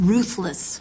Ruthless